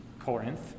Corinth